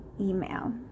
email